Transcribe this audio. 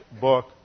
book